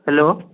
hello